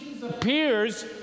appears